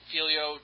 Filio